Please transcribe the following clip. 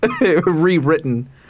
rewritten